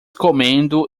comendo